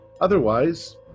Otherwise